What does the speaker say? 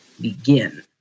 begin